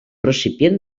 recipient